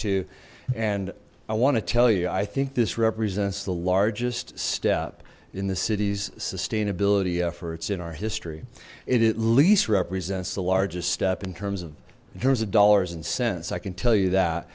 and i want to tell you i think this represents the largest step in the city's sustainability efforts in our history it at least represents the largest step in terms of in terms of dollars and cents i can tell you that